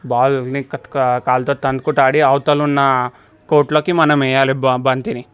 ball వెనకత్కా కాలితో తన్నుకుంటా ఆడి అవతలున్నా కోర్ట్లోకి మనం వేయాలి బా బంతిని